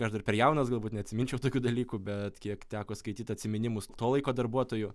aš dar per jaunas galbūt neatsiminčiau tokių dalykų bet kiek teko skaityt atsiminimus to laiko darbuotojų